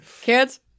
kids